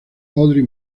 audrey